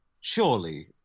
surely